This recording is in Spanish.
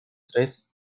tres